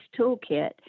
toolkit